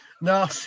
No